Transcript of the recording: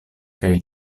kaj